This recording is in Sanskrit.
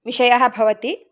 विषयः भवति